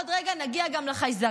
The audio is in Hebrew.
עוד רגע נגיע גם לחייזרים.